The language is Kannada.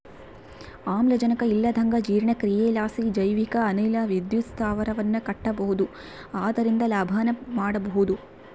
ಆಮ್ಲಜನಕ ಇಲ್ಲಂದಗ ಜೀರ್ಣಕ್ರಿಯಿಲಾಸಿ ಜೈವಿಕ ಅನಿಲ ವಿದ್ಯುತ್ ಸ್ಥಾವರವನ್ನ ಕಟ್ಟಬೊದು ಅದರಿಂದ ಲಾಭನ ಮಾಡಬೊಹುದು